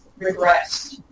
regressed